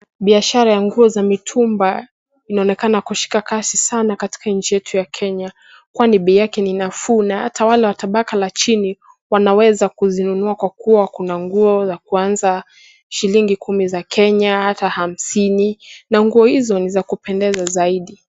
Biashara ya nguo za mitumba inaonekana kushika kasi sana katika nchi yetu ya Kenya, kwani bei yake ni nafuu na ata wale wa tabaka la chini wanaweza kuzinunua kwa kuwa kuna nguo za kuanza shilingi kumi za Kenya ata hamsini. Na nguo hizo ni za kupendeza zaidi.